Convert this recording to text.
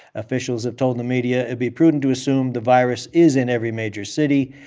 officials have told the media it'd be prudent to assume the virus is in every major city.